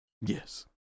Yes